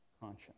conscience